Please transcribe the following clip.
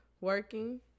working